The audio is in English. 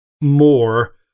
more